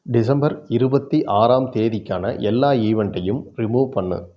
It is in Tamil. டிசம்பர் இருபத்தி ஆறாம் தேதிக்கான எல்லா ஈவெண்ட்டையும் ரிமூவ் பண்ணு